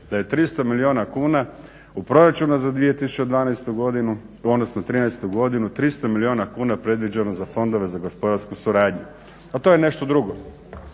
da je 300 milijuna kuna u Proračunu za 2012. godinu, odnosno 2013. godinu 300 milijuna kuna predviđeno za fondove za gospodarsku suradnju. A to je nešto drugo.